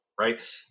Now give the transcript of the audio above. right